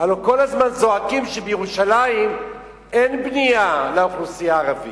הלוא כל הזמן זועקים שבירושלים אין בנייה לאוכלוסייה הערבית.